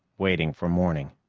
waiting for morning.